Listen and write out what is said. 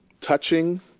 touching